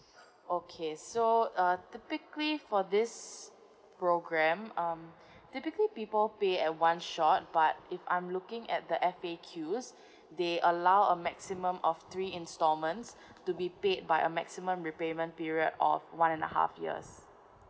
okay so uh typically for this program um typically people pay at one shot but if I'm looking at the FAQs they allow a maximum of three instalments to be paid by a maximum repayment period of one and a half years